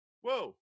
whoa